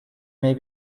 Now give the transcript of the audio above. may